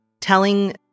telling